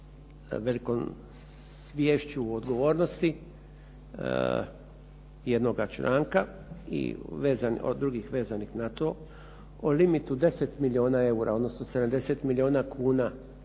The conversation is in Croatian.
velikom sviješću odgovornosti jednoga članka i od drugih vezanih na to o limitu 10 milijuna eura, odnosno 70 milijuna kuna